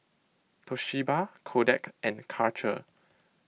Toshiba Kodak and Karcher